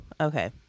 Okay